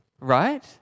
right